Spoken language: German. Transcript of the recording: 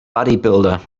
bodybuilder